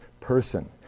person